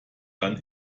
dann